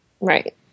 Right